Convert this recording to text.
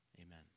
Amen